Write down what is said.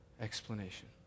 explanation